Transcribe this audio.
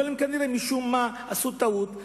אבל משום מה הם כנראה עשו טעות,